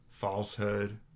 falsehood